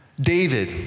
David